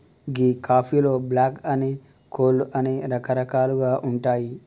గీ కాఫీలో బ్లాక్ అని, కోల్డ్ అని రకరకాలుగా ఉంటాయి